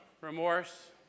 remorse